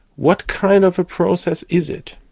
what kind of a process is it?